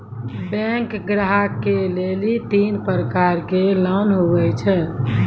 Bank ग्राहक के लेली तीन प्रकर के लोन हुए छै?